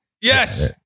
Yes